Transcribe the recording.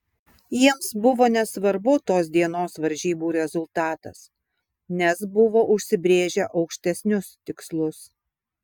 jiems buvo nesvarbu tos dienos varžybų rezultatas nes buvo užsibrėžę aukštesnius tikslus